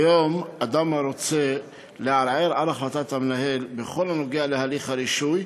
כיום אדם הרוצה לערער על החלטת המנהל בכל הנוגע להליך הרישוי,